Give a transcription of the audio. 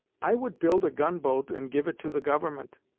i would build a gun-boat and give it to the government.